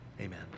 amen